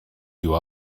you